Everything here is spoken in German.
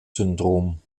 syndrom